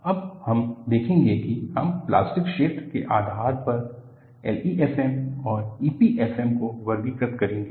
अब हम देखेंगे कि हम प्लास्टिक क्षेत्र के आधार पर LEFM और EPFM को वर्गीकृत करेंगे